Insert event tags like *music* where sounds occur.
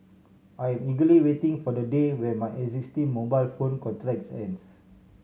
I am eagerly waiting for the day when my existing mobile phone *unintelligible* ends